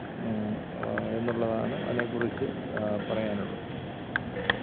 എന്നുള്ളതാണ് അതിനെക്കുറിച്ച് പറയാനുള്ള്